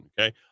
Okay